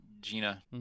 Gina